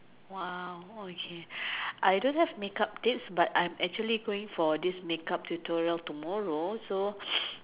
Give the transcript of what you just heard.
!wah! okay I don't have makeup tips but I'm actually going for this makeup tutorial tomorrow so